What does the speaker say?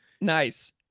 Nice